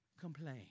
complain